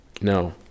No